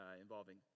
involving